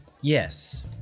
Yes